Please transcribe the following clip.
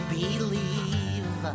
believe